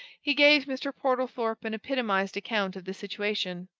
he gave mr. portlethorpe an epitomized account of the situation,